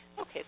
Okay